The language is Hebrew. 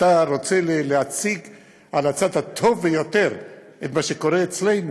אתה רוצה להציג על הצד הטוב ביותר את מה שקורה אצלנו.